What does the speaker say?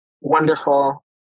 wonderful